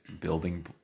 building